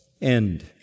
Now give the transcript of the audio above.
end